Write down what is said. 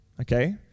okay